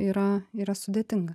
yra yra sudėtinga